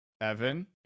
Evan